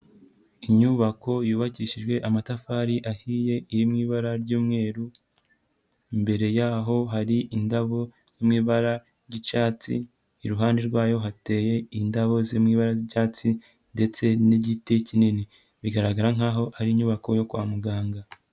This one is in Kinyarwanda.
Inyubako yubakishijwe amatafari ahiye, irimo ibara ry'umweru, imbere yaho hari indabo ziri mu ibara ry'icyatsi, iruhande rwayo hateye indabo ziri mu ibara ry'icyatsi, ndetse n'igiti kinini, bigaragara nk'aho ari inyubako yo kwa muganga.